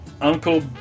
Uncle